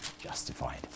justified